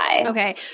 Okay